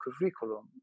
curriculum